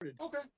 Okay